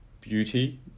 beauty